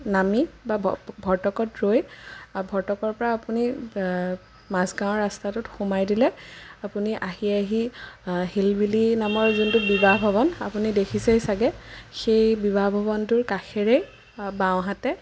নামি বা ভৰ্টকত ৰৈ ভৰ্টকৰ পৰা আপুনি মাজগাঁৱৰ ৰাস্তাটোত সোমাই দিলে আপুনি আহি আহি হিলবিলি নামৰ যোনটো বিবাহ ভৱন আপুনি দেখিছেই চাগৈ সেই বিবাহ ভৱনটোৰ কাষেৰেই বাওঁহাতে